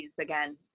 again